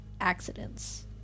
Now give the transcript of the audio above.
accidents